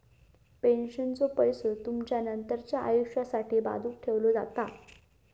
पेन्शनचो पैसो तुमचा नंतरच्या आयुष्यासाठी बाजूक ठेवलो जाता